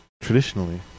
traditionally